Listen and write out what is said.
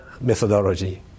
methodology